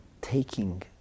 taking